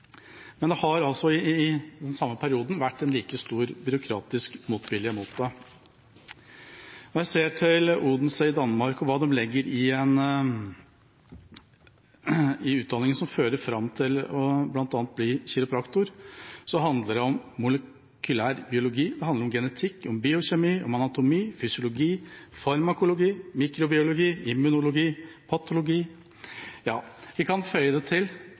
Men det har i den samme perioden vært en like stor byråkratisk motvilje mot det. Når vi ser til Odense i Danmark og hva de der legger i utdanningen som fører fram til bl.a. å bli kiropraktor, handler det om molekylær biologi, det handler om genetikk, om biokjemi, om anatomi, fysiologi, farmakologi, mikrobiologi, immunbiologi og patologi. I min begrepsverden handler det